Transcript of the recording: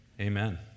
Amen